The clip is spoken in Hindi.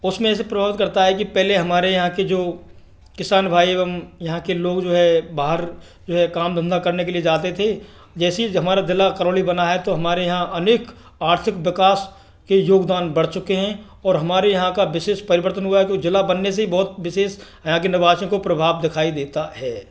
उसमें से प्रभावित करता है कि पहले हमारे यहाँ के जो किसान भाई एवं यहाँ के लोग जो है बाहर जो है काम धंधा करने के लिए जाते थे जैसे ही हमारा जिला करौली बना है तो हमारे यहाँ अनेक आर्थिक विकास के योगदान बढ़ चुके हैं और हमारे यहाँ का विशेष परिवर्तन हुआ है कोई जिला बनने से बहुत विशेष यहाँ के निवासियों को प्रभाव दिखाई देता है